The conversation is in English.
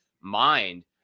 mind